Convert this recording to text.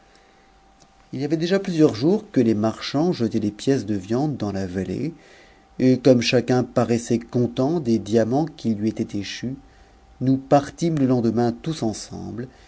h y avait déjà plusieurs jours que les marchands jetaient des pièces de viande dans la vallée et comme chacun paraissait content des diamants qui lui étaient échus nous partîmes le lendemain tous ensemble